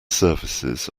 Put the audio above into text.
services